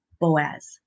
Boaz